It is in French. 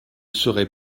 serait